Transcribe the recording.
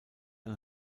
ein